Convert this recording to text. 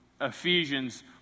Ephesians